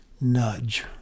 nudge